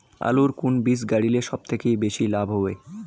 আলুর কুন বীজ গারিলে সব থাকি বেশি লাভ হবে?